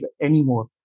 anymore